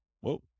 Whoa